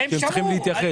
שצריך להתייחס אליהם.